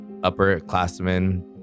upperclassmen